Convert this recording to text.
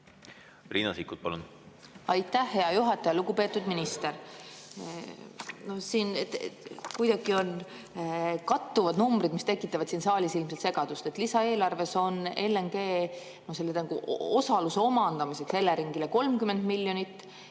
Riina Sikkut, palun! Aitäh, hea juhataja! Lugupeetud minister! Siin on kuidagi kattuvad numbrid, mis tekitavad saalis ilmselt segadust. Lisaeelarves on LNG osaluse omandamiseks Eleringile 30 miljonit.